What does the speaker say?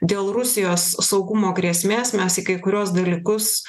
dėl rusijos saugumo grėsmės mes į kai kuriuos dalykus